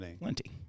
plenty